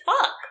fuck